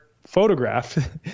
photographed